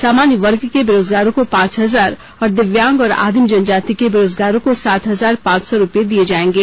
सामान्य वर्ग के बेरोजगारों को पांच हजार और दिव्यांग और आदिम जनजाति के बेरोजगारों को सात हजार पांच सौ रुपये दिये जाएंगे